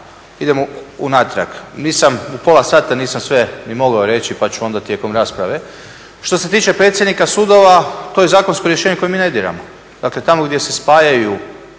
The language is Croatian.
idemo unatrag. U pola sata nisam ni mogao sve reći pa ću onda tijekom rasprave. Što se tiče predsjednika sudova, to je zakonsko rješenje koje mi ne diramo. Dakle tamo gdje se spajaju